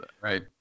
Right